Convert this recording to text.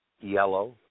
yellow